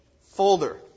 folder